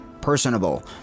personable